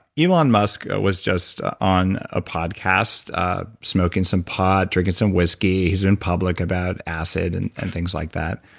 elon musk was just on a podcast smoking some pot, drinking some whiskey. he's been public about acid and and things like that.